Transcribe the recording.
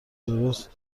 درست